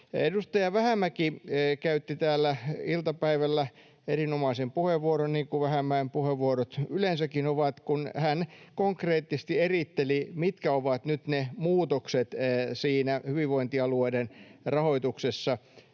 Edustaja Vähämäki käytti täällä iltapäivällä erinomaisen puheenvuoron, niin kuin Vähämäen puheenvuorot yleensäkin ovat, kun hän konkreettisesti eritteli, mitkä ovat nyt ne muutokset siinä hyvinvointialueiden rahoituksessa,